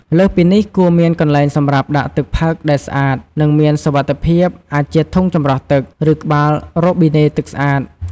លើសពីនេះគួរមានកន្លែងសម្រាប់ដាក់ទឹកផឹកដែលស្អាត និងមានសុវត្ថិភាព អាចជាធុងចម្រោះទឹក ឬក្បាលរ៉ូប៊ីណេទឹកស្អាត។